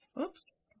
Oops